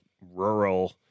rural